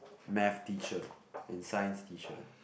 maths teacher and Science teacher